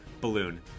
balloon